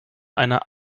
einer